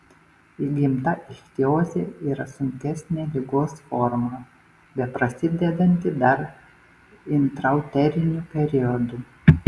įgimta ichtiozė yra sunkesnė ligos forma beprasidedanti dar intrauteriniu periodu